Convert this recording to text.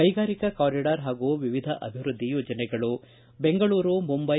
ಕೈಗಾರಿಕಾ ಕಾರಿಡಾರ್ ಹಾಗೂ ವಿವಿಧ ಅಭಿವೃದ್ಧಿ ಯೋಜನೆಗಳು ಬೆಂಗಳೂರು ಮುಂಬೈ